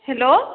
hello